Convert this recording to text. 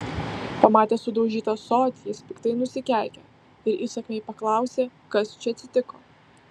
pamatęs sudaužytą ąsotį jis piktai nusikeikė ir įsakmiai paklausė kas čia atsitiko